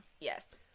Yes